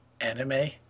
anime